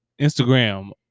Instagram